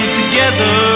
together